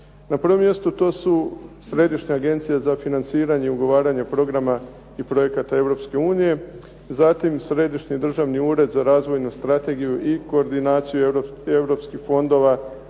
Na prvom mjestu to su središnje agencije za financiranje i ugovaranje programa i projekata Europske unije, zatim Središnji državni ured za razvojnu strategiju i koordinaciju europskih fondova